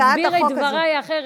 איך להסביר את דברי אחרת: